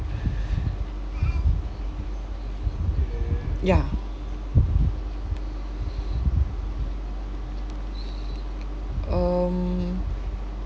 ya um